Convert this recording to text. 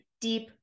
deep